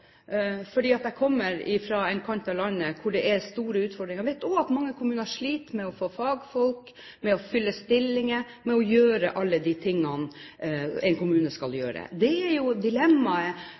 jeg kommer fra en kant av landet hvor det er store utfordringer, at mange kommuner sliter med å få fagfolk, med å fylle stillinger, med å gjøre alle de tingene en kommune skal gjøre. Det er jo dilemmaet